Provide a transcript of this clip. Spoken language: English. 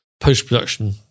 post-production